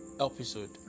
episode